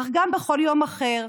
אך גם בכל יום אחר,